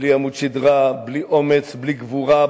בלי עמוד שדרה, בלי אומץ, בלי גבורה.